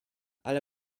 ale